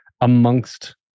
amongst